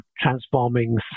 transforming